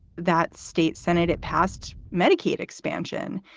that state senate, it passed medicaid expansion.